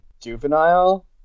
juvenile